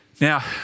Now